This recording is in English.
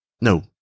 No